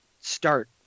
start